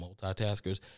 multitaskers